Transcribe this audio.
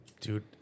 Dude